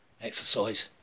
exercise